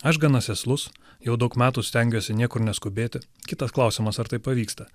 aš gana sėslus jau daug metų stengiuosi niekur neskubėti kitas klausimas ar tai pavyksta